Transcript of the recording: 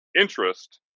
interest